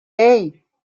hey